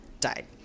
died